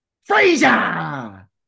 Frazier